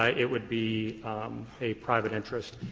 ah it would be a private interest.